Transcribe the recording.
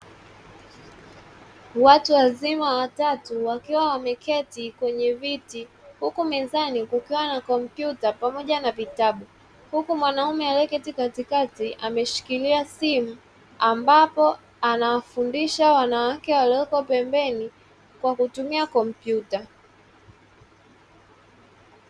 Watu wazima watatu wakiwa wameketi kwenye viti, huku mezani kukiwa na kompyuta pamoja na vitabu. Huku mwanaume ameketi katikati ameshikilia simu, ambapo anawafundisha wanawake walioko pembeni kwa kutumia kompyuta.